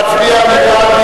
להצביע?